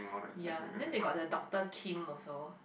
ya then they got the Doctor Kim also